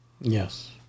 Yes